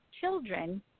children